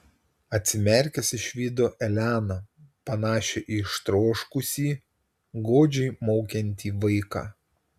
atsimerkęs išvydo eleną panašią į ištroškusį godžiai maukiantį vaiką